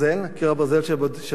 קיר הברזל של ז'בוטינסקי,